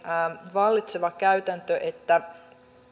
vallitseva käytäntö että